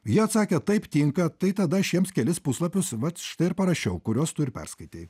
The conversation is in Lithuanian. ji atsakė taip tinka tai tada šiems kelis puslapius vat štai ir parašiau kurios tu ir perskaitei